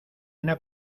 una